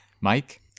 Mike